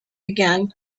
began